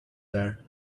there